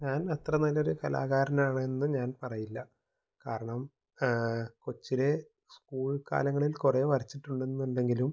ഞാൻ അത്ര നല്ലൊരു കലാകാരനാണെന്ന് ഞാൻ പറയില്ല കാരണം കൊച്ചിലേ സ്കൂൾ കാലങ്ങളിൽ കുറേ വരച്ചിട്ടുണ്ട് എന്നുണ്ടെങ്കിലും